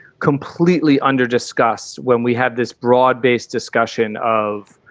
completely under disgust when we have this broad based discussion of,